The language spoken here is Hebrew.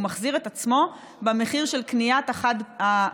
הוא מחזיר את עצמו במחיר של קניית החד-פעמי.